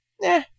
nah